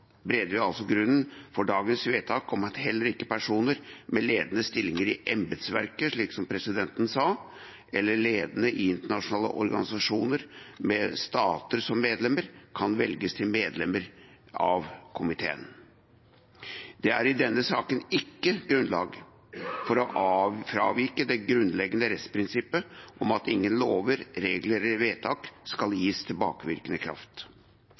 altså grunnen for dagens vedtak om at heller ikke personer med ledende stillinger i embetsverket – slik stortingspresidenten sa – eller ledere i internasjonale organisasjoner med stater som medlemmer kan velges som medlemmer i komiteen. Det er i denne saken ikke grunnlag for å fravike det grunnleggende rettsprinsippet om at ingen lover, regler eller vedtak skal gis tilbakevirkende kraft.